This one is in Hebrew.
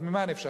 אז ממה נפשך?